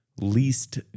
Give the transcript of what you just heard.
Least